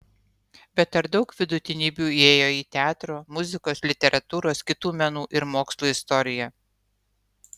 bet ar daug vidutinybių įėjo į teatro muzikos literatūros kitų menų ir mokslų istoriją